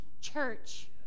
church